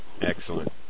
excellent